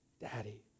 daddy